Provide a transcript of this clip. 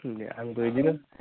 होनबालाय आंबो बिदिनो